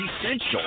essential